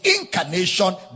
incarnation